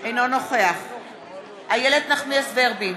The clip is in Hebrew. אינו נוכח איילת נחמיאס ורבין,